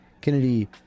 Kennedy